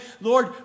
Lord